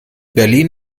berlin